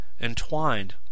entwined